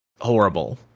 horrible